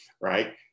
Right